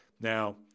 Now